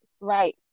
right